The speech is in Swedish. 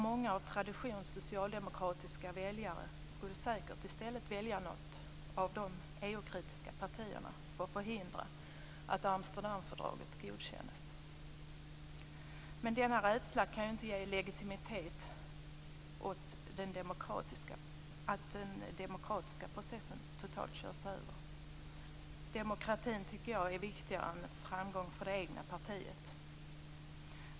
Många av tradition socialdemokratiska väljare skulle säkert välja något av de EU-kritiska partierna för att förhindra att Amsterdamfördraget godkäns. Denna rädsla kan inte ge legitimitet åt att den demokratiska processen totalt körs över. Demokrati är viktigare än framgång för det egna partiet.